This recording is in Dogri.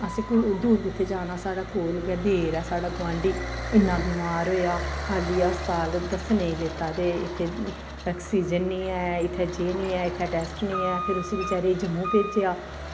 असें दूर कुत्थें जाना साढ़ा कोल गै साढ़ा देर ऐ गोआंढी इन्ना बमार होएआ खाल्ली अस्पताल दस्सने गी लैता ते इत्थे ऑक्सीजन निं ऐ इत्थें जे निं ऐ इत्थै टैस्ट निं ऐ फिर उसी बेचारे गी जम्मू भेजेआ